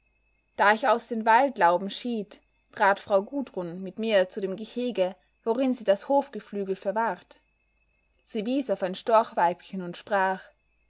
da ich aus den waldlauben schied trat frau gudrun mit mir zu dem gehege worin sie das hofgeflügel verwahrt sie wies auf ein storchweibchen und sprach